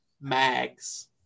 mags